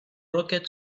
rocket